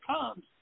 comes